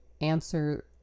answer